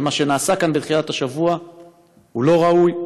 ומה שנעשה כאן בתחילת השבוע הוא לא ראוי,